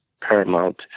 paramount